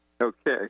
Okay